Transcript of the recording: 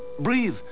Breathe